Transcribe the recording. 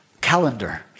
calendar